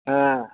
हाँ